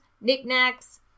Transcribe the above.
knickknacks